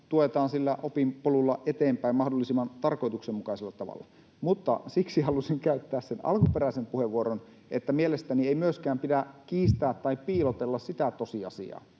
tuetaan sillä opinpolulla eteenpäin mahdollisimman tarkoituksenmukaisella tavalla. Mutta halusin käyttää sen alkuperäisen puheenvuoron siksi, että mielestäni ei myöskään pidä kiistää tai piilotella sitä tosiasiaa,